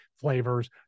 flavors